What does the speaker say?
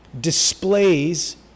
displays